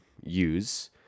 use